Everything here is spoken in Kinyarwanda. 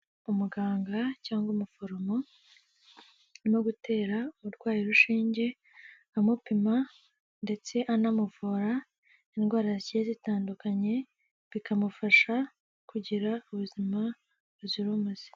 Umuganga cyangwa umuforomo, urimo gutera umurwayi rushinge, amupima ndetse anamuvura indwara zigiyeye zitandukanye, bikamufasha kugira ubuzima buzira umuze.